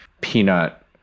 Peanut